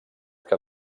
que